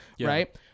Right